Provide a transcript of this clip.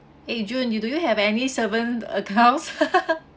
eh june you do you have any savings account